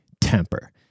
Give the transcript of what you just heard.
temper